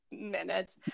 minute